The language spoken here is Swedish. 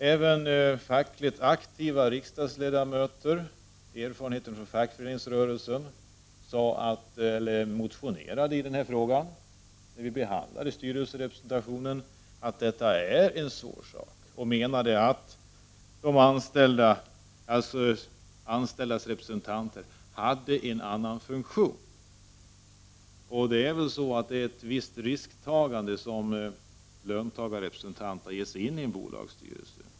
Även fackligt aktiva riksdagsledamöter med erfarenheter från fackföreningsrörelsen har motionerat i detta sammanhang i samband med behandlingen av frågan om styrelserepresentationen. De sade att detta är en svår sak och menade att de anställdas representanter hade en annan funktion. Det här är väl förenat med ett visst risktagande för de löntagarrepresentanter som sitter med i en bolagsstyrelse.